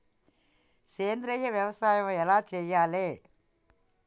సేంద్రీయ వ్యవసాయం ఎలా చెయ్యాలే?